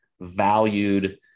valued